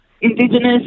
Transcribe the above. Indigenous